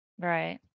Right